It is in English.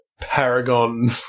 paragon